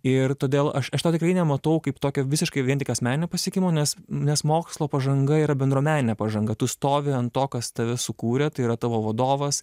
ir todėl aš tikrai nematau kaip tokio visiškai vien tik asmeninio pasiekimo nes nes mokslo pažanga yra bendruomeninė pažanga tu stovi ant to kas tave sukūrė tai yra tavo vadovas